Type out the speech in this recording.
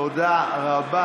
תודה רבה.